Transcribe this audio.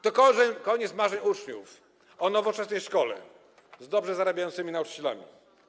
To koniec marzeń uczniów o nowoczesnej szkole z dobrze zarabiającymi nauczycielami.